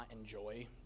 enjoy